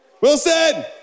Wilson